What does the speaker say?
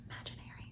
imaginary